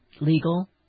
legal